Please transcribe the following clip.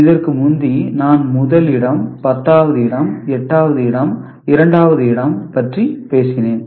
இதற்கு முந்தி நான் முதல் இடம் 10 வது இடம் 8 வது இடம் 2 வது இடம் பற்றி பேசினேன்